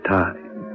time